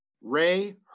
Ray